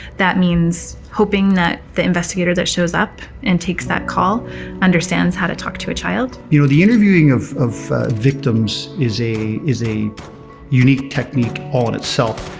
that means hoping that the investigator that shows up and takes that call understands how to talk to a child. you know the interviewing of of victims is a is a unique technique all on itself.